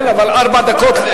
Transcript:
כן, אבל ארבע דקות.